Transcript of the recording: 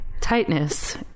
tightness